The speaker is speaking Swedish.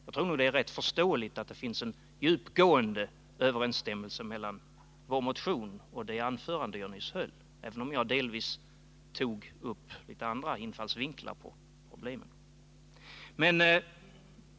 Jag tror nog att det tydligt framgick att det finns en djupgående överensstämmelse mellan vår motion och det anförande som jag nyss höll, även om jag tog upp problemen ur delvis andra infallsvinklar.